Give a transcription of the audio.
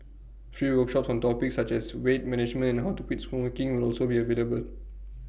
free workshops on topics such as weight management and how to quit smoking will also be available